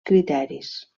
criteris